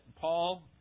Paul